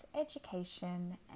education